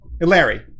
Larry